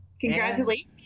Congratulations